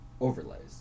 overlays